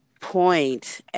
point